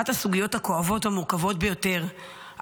אחת הסוגיות הכואבות והמורכבות ביותר,